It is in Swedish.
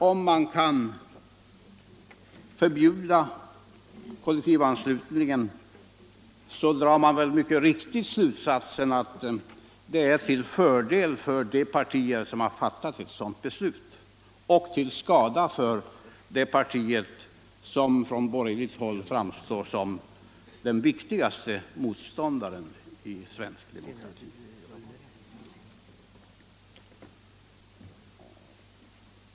Om man kan förbjuda kollektivanslutning drar man givetvis slutsatsen att det är till fördel för de partier som har frammanat ett sådant beslut och till skada för det parti som från borgerligt håll framstår som den viktigaste motståndaren i svensk demokrati.